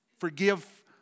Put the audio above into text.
forgive